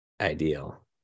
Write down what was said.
ideal